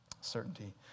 Certainty